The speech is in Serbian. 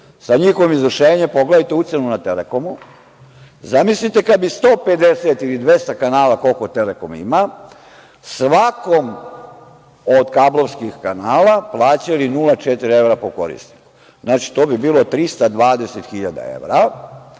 sa njihovim izvršenjem. Pogledajte ucenu na „Telekomu“. Zamislite kada bi 150 ili 200 kanala, koliko „Telekom“ ima, svakom od kablovskih kanala plaćali 0,4 evra po korisniku. To bi bilo 320 hiljada